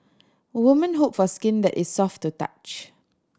women hope for skin that is soft to touch